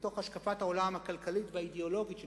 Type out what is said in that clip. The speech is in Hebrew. מתוך השקפת העולם הכלכלית והאידיאולוגית של